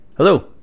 Hello